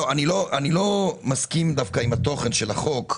אני לא מסכים דווקא עם תוכן הצעת החוק,